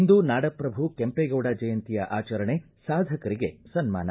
ಇಂದು ನಾಡಪ್ರಭು ಕೆಂಪೇಗೌಡ ಜಯಂತಿ ಆಚರಣೆ ಸಾಧಕರಿಗೆ ಸನ್ನಾನ